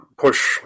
push